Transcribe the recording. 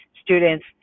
students